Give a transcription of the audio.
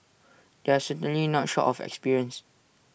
they are certainly not short of experience